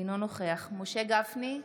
אינו נוכח משה גפני,